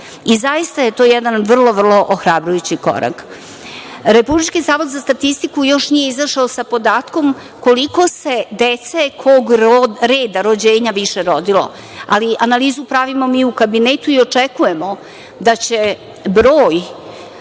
Zaista je to jedan vrlo ohrabrujući korak. Republički zavod za statistiku još nije izašao sa podatkom koliko se dece, kog reda rođenja više rodilo, ali analizu pravimo mi u kabinetu i očekujemo da će broj